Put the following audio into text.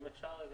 אם אפשר גם